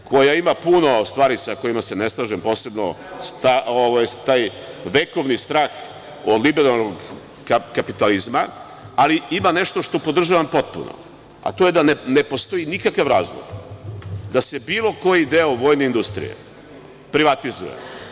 Ima puno stvari sa kojima se ne slažem, posebno taj vekovni strah od liberalnog kapitalizma, ali ima nešto što podržavam potpuno, a to je da ne postoji nikakav razlog da se bilo koji deo vojne industrije privatizuje.